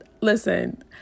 Listen